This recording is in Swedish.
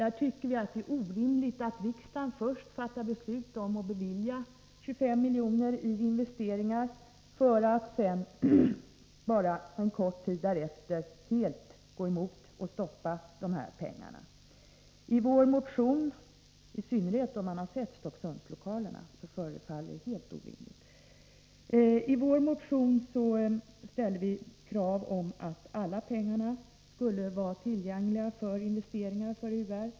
Vi tycker att det är orimligt att riksdagen först fattar beslut om att bevilja 25 miljoner i investeringar för att sedan bara kort tid därefter helt gå emot och stoppa pengarna. I synnerhet om man har sett Stocksundslokalerna förefaller detta helt orimligt. I vår motion ställer vi krav på att alla pengar skall vara tillgängliga för investeringar för UR.